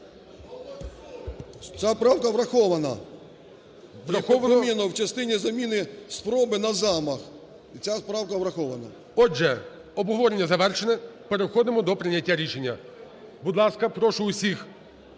Ця правка врахована. В частині заміни "спроби" на "замах". І ця правка врахована. ГОЛОВУЮЧИЙ. Отже, обговорення завершено. Переходимо до прийняття рішення. Будь ласка, прошу всіх